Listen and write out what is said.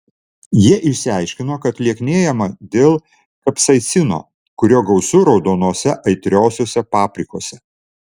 jie išsiaiškino kad lieknėjama dėl kapsaicino kurio gausu raudonose aitriosiose paprikose